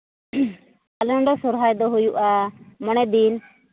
ᱟᱞᱮ ᱚᱸᱰᱮ ᱥᱚᱦᱚᱨᱟᱭ ᱫᱚ ᱦᱩᱭᱩᱜᱼᱟ ᱢᱚᱬᱮ ᱫᱤᱱ